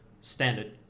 standard